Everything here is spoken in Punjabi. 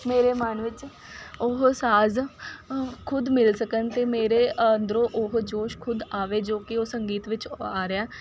ਮੇਰੇ ਮਨ ਵਿੱਚ ਉਹ ਸਾਜ਼ ਖੁਦ ਮਿਲ ਸਕਣ ਅਤੇ ਮੇਰੇ ਅੰਦਰੋਂ ਉਹ ਜੋਸ਼ ਖੁਦ ਆਵੇ ਜੋ ਕਿ ਉਹ ਸੰਗੀਤ ਵਿੱਚ ਆ ਰਿਹਾ